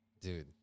Dude